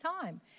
time